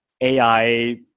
AI